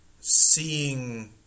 seeing